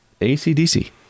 ACDC